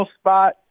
spot